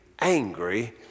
angry